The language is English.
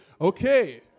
Okay